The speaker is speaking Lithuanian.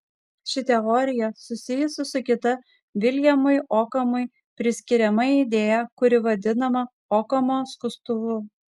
ši teorija susijusi su kita viljamui okamui priskiriama idėja kuri vadinama okamo skustuvu